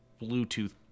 bluetooth